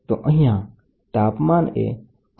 તો અહીંયા તાપમાન એ અવરોધના સમપ્રમાણમાં છે